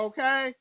Okay